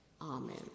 Amen